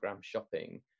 shopping